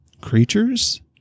creatures